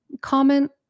Comment